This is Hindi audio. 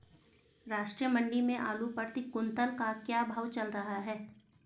राष्ट्रीय मंडी में आलू प्रति कुन्तल का क्या भाव चल रहा है?